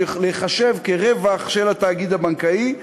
להיחשב רווח של התאגיד הבנקאי.